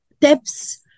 tips